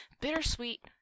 bittersweet